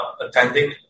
attending